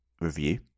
review